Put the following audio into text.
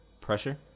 Pressure